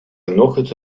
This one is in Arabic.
النقود